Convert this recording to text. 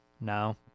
No